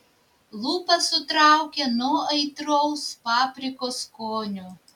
lūpas sutraukė nuo aitraus paprikos skonio